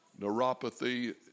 neuropathy